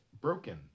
broken